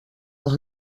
als